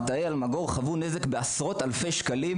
מטעי ׳אלמגור׳ חוו נזק של עשרות אלפי שקלים,